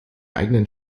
eigenen